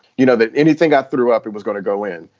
you know that anything i threw up, it was gonna go in.